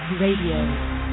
RADIO